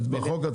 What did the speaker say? בחוק עצמו.